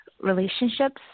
relationships